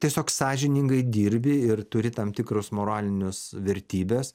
tiesiog sąžiningai dirbi ir turi tam tikrus moralinius vertybes